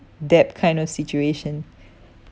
debt kind of situation